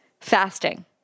Fasting